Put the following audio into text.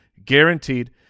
guaranteed